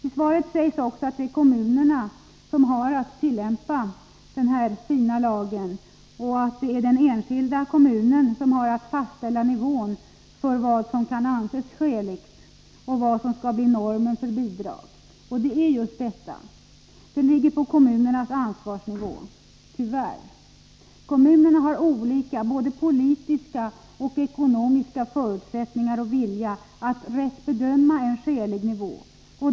I svaret sägs också att det är kommunerna som har att tillämpa denna fina lag och att det är den enskilda kommunen som har att fastställa nivån för vad som kan anses skäligt och vad som skall bli norm för bidrag. Det är just detta att tillämpningen ligger på kommunernas ansvarsnivå som är det beklagliga. Kommunerna har både olika politiska och ekonomiska förutsättningar och varierande vilja när det gäller att rätt bedöma en skälig nivå.